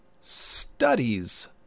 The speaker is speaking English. studies